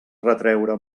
retreure